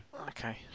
Okay